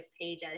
page